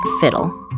fiddle